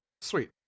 sweet